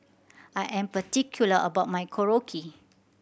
I am particular about my Korokke